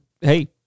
hey